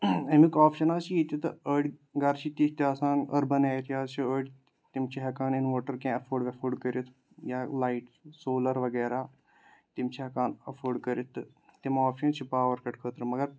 امیُک آپشَن حظ چھُ یہِ تہِ تہٕ أڑۍ گرٕ چھِ تیٚتھۍ تہِ آسان أربن ایریا چھِ آڑۍ تِم چھِ ہیٚکان اِنوٲٹر کیٚنٛہہ ایٚفٲڑ ویٚفٲڑ کٔرتھ یا لایٹ سولر وغیرہ تِم چھِ ہیٚکان ایٚفٲڑ کٔرتھ تم آپشن چھِ پاور کَٹ خٲطرٕ مگر